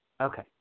Okay